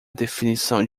definição